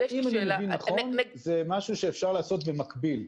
אם אני מבין נכון, זה משהו שאפשר לעשות במקביל.